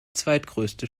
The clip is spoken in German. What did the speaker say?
zweitgrößte